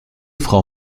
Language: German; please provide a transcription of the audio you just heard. frau